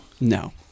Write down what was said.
No